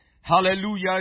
Hallelujah